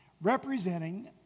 representing